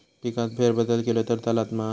पिकात फेरबदल केलो तर चालत काय?